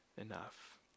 enough